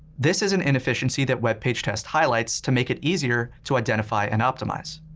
this is an inefficiency that webpagetest highlights to make it easier to identify and optimize.